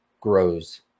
grows